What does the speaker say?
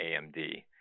AMD